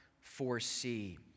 foresee